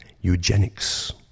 eugenics